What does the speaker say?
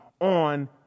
on